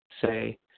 say